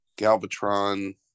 Galvatron